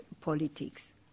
politics